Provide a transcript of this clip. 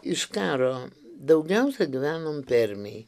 iš karo daugiausia gyvenom permėj